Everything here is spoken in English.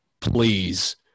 please